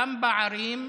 גם בערים,